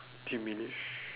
diminish